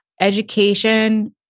education